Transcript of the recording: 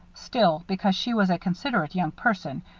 still, because she was a considerate young person,